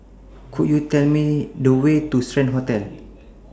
Could YOU Tell Me The Way to Strand Hotel